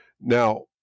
Now